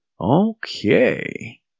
Okay